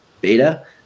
beta